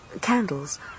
Candles